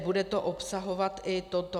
Bude to obsahovat i toto.